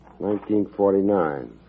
1949